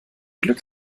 glück